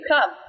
come